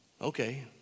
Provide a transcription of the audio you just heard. Okay